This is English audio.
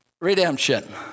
redemption